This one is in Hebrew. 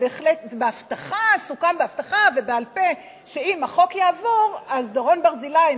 וסוכם בהבטחה ובעל-פה שאם החוק יעבור אז דורון ברזילי,